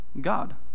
God